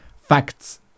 facts